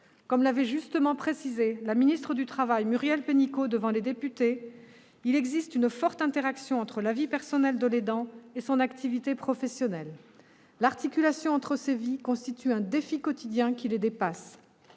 Comme l'avait justement précisé la ministre du travail, Muriel Pénicaud, devant les députés, il existe une forte interaction entre la vie personnelle de l'aidant et son activité professionnelle. L'articulation entre ces vies constitue un défi quotidien qui le dépasse